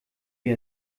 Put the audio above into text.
wir